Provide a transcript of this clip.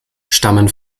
stammen